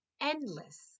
endless